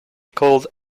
called